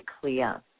clear